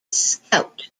scout